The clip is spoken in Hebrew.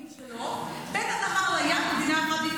במילים שלו: בין הנהר לים מדינה אחת,